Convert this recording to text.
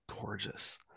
gorgeous